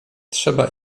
trzeba